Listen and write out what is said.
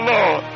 Lord